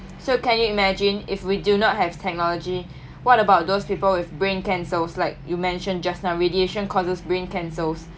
so can you imagine if we do not have technology what about those people with brain cancers like you mentioned just now radiation causes brain cancers